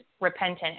repentant